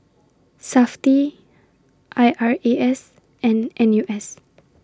Safti I R A S and N U S